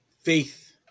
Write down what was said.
faith